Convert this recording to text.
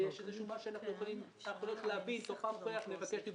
שיש משהו שאנחנו נרצה להבין, נבקש דיווחים.